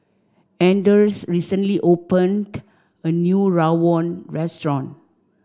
Anders recently opened a new Rawon restaurant